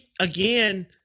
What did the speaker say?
again